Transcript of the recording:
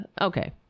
Okay